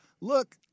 look